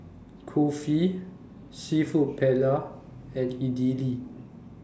Kulfi Seafood Paella and Idili